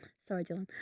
sorry, dylan.